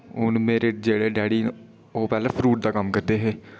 हून मेरे जेह्ड़े डैडी ओह् पैह्ले फ्रूट दा कम्म करदे हे